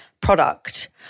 product